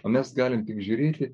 o mes galim tik žiūrėti